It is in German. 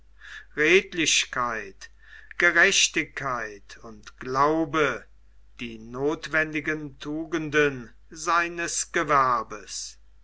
redlichkeit gerechtigkeit und glaube die notwendigen tugenden seines gewerbes